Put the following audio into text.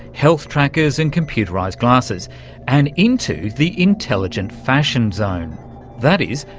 health trackers and computerised glasses and into the intelligent fashion zone that is,